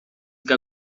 que